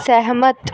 ਸਹਿਮਤ